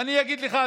ואני אגיד לך,